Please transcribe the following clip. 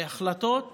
החלטות